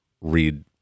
read